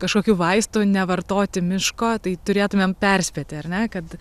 kažkokių vaistų nevartoti miško tai turėtumėm perspėti ar ne kad